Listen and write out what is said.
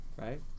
right